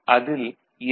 அதில் எஸ்